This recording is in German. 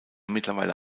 mittlerweile